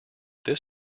this